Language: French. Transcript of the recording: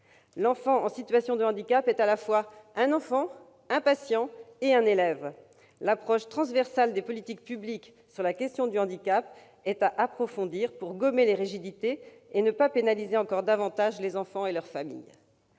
L'enfant en situation de handicap est à la fois un enfant, un patient et un élève. L'approche transversale des politiques publiques sur la question du handicap est à approfondir pour gommer les rigidités et ne pas pénaliser encore davantage les enfants et leurs familles.